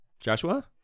Joshua